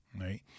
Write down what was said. right